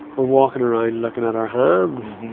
we're walking around looking at our hands.